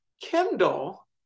kindle